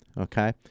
Okay